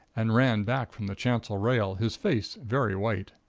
and ran back from the chancel rail, his face very white.